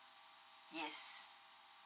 yes